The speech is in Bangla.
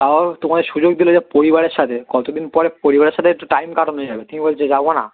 তাও তোমাদের সুযোগ দিল যে পরিবারের সাথে কতদিন পরে পরিবারের সাথে একটু টাইম কাটানো যাবে তুমি বলছো যাবো না